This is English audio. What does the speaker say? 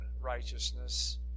righteousness